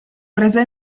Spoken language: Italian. prese